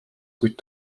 kuid